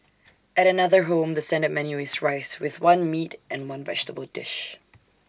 at another home the standard menu is rice with one meat and one vegetable dish